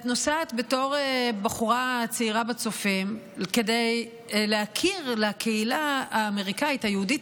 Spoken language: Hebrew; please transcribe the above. את נוסעת בתור בחורה צעירה בצופים כדי להכיר לקהילה היהודית